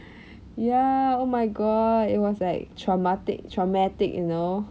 ya oh my god it was like traumatic traumatic you know